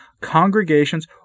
congregations